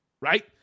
Right